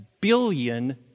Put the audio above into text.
billion